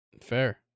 Fair